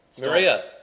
Maria